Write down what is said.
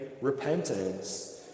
repentance